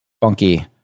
funky